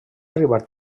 arribar